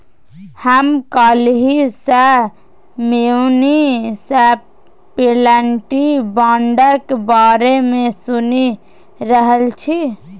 हम काल्हि सँ म्युनिसप्लिटी बांडक बारे मे सुनि रहल छी